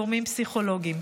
וגורמים פסיכולוגיים.